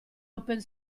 open